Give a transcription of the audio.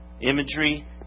imagery